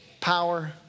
power